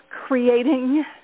creating